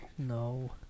No